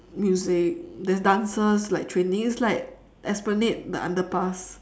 music they have dances like train it's like esplanade the underpass